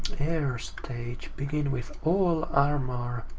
air stage. begin with all armor.